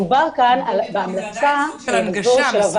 מדובר כאן על בהמלצה של הוועדה,